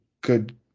good